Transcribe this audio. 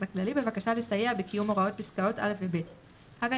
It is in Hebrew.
הכללי בבקשה לסיוע בקיום הוראות פסקאות (א) ו-(ב); הג"א